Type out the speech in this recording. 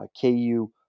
KU